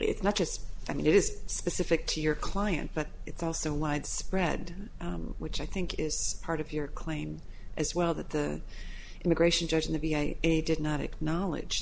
it's not just i mean it is specific to your client but it's also widespread which i think is part of your claim as well that the immigration judge in the v a a did not acknowledge